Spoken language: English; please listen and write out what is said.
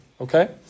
okay